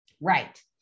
Right